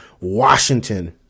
Washington